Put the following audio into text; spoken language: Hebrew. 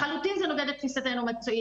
זה לחלוטין נוגד את תפיסתנו המקצועית.